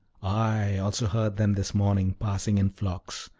i also heard them this morning passing in flocks.